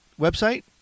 website